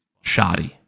shoddy